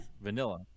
vanilla